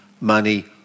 money